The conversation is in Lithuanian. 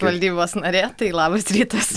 valdybos narė tai labas rytas